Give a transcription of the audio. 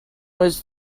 was